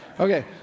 Okay